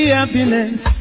happiness